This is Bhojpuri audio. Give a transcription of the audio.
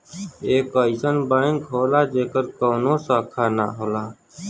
एक अइसन बैंक होला जेकर कउनो शाखा ना होला